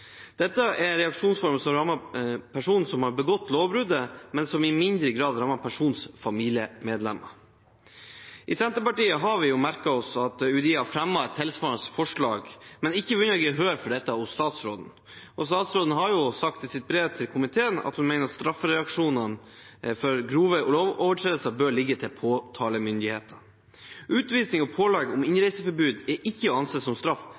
Dette er reaksjonsformer som rammer personen som har begått lovbruddet, men som i mindre grad rammer personens familiemedlemmer. I Senterpartiet har vi merket oss at UDI har fremmet et tilsvarende forslag, men ikke vunnet gehør for dette hos statsråden. Statsråden har sagt i sitt brev til komiteen at hun mener at straffereaksjonene for grove lovovertredelser bør ligge til påtalemyndighetene. Utvisning og pålegg om innreiseforbud er ikke å anse som straff,